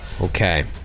Okay